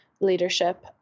leadership